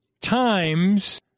times